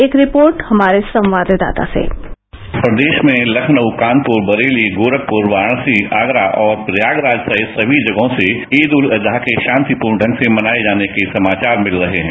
एक रिपोर्ट हमारे संवाददाता सेः प्रदेश में लखनऊ कानपुर बरेली गोरखपुर वाराणसी आगरा और प्रयागराज सहित सभी जगहों से ईद उल अजहा के शांतिपूर्ण ढंग से मनाए जाने के समाचार भिल रहे हैं